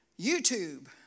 YouTube